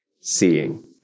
seeing